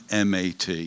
MAT